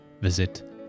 visit